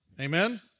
amen